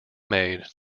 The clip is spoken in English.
made